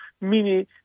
mini